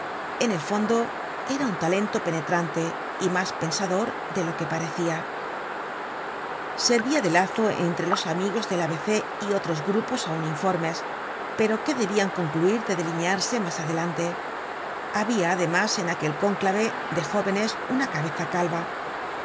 en el fondo era un talento penetrante y mas pensador de lo que parecia servia de lazo entre los amigos del a b c y otros grupos aun informes pero que debian concluir de delinearse mas adelante habia además en aquel cónclave de jóvenes una cabeza calva